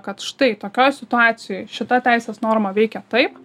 kad štai tokioj situacijoj šita teisės norma veikia taip